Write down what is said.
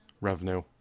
revenue